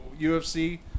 UFC